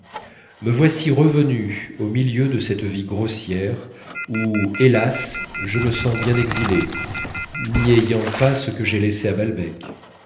me voici revenu au milieu de cette vie grossière où hélas je me sens bien exilé n'y ayant pas ce que j'ai laissé à balbec